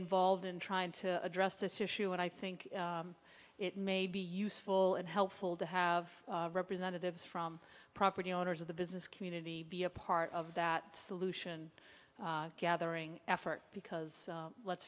involved in trying to address this issue and i think it may be useful and helpful to have representatives from property owners of the business community be a part of that solution gathering effort because let's